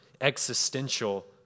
existential